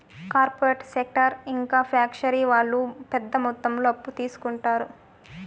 corporate sector ఇంకా factory వాళ్ళు పెద్ద మొత్తంలో అప్పు తీసుకుంటారు